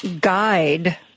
guide